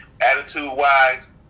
Attitude-wise